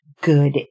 good